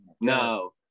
no